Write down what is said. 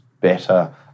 better